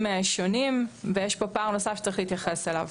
שונים ויש פה פער נוסף שצריך להתייחס אליו.